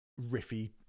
riffy